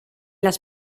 las